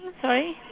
Sorry